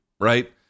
right